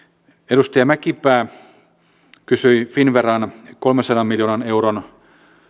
edustaja mäkipää kysyi finnveran kolmensadan miljoonan euron